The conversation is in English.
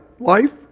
life